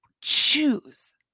choose